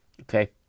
Okay